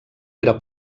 era